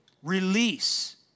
Release